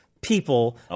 people